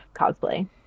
cosplay